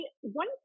one